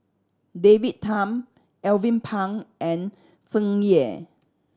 David Tham Alvin Pang and Tsung Yeh